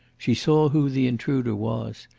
she saw who the intruder was.